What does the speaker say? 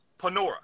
Panora